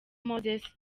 moses